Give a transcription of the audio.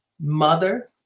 mother